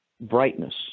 Brightness